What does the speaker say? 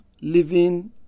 living